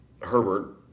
Herbert